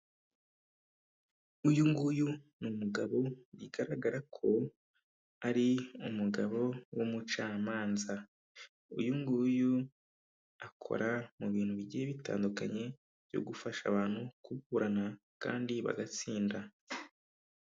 Uyu nguyu ni numu umugabo bigaragara, ko ari umugabo w'umucamanza, uyu nnguyu akora mu bintu bigiye bitandukanye byo gufasha abantu kuburana kandi bagatsinda.